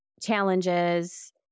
challenges